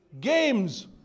games